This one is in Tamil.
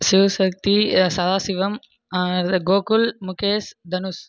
சிவசக்தி சதாசிவம் கோகுல் முகேஷ் தனுஷ்